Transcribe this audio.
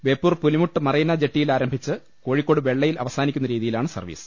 ബേപ്പൂർ പുലിമുട്ട് മറീന ജട്ടിയിൽ ആരംഭിച്ച് കോഴിക്കോട് വെള്ള യിൽ അവസാനിക്കുന്ന രീതിയിലാണ് സർവ്വീസ്